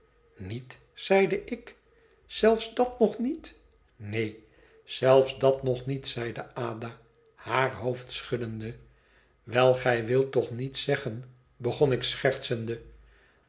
niet zeide ik zelfs dat nog niet neen zelfs dat nog niet zeide ada haar hoofd schuddende wel gij wilt toch niet zeggen begon ik schertsende